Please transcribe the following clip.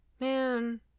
Man